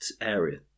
area